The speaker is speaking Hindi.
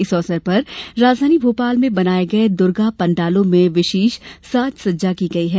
इस अवसर पर राजधानी भोपाल में बनाये गये दुर्गा पंडालों में विशेष साज सज्जा की गई है